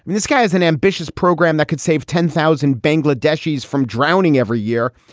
this guy is an ambitious program that could save ten thousand bangladeshis from drowning every year.